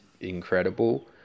incredible